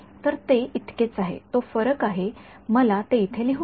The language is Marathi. तर ते इतकेच आहे तो फरक आहे मला ते इथे लिहू द्या